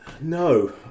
No